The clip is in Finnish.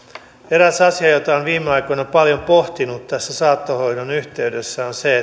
eräs asia jota olen viime aikoina paljon pohtinut tässä saattohoidon yhteydessä on se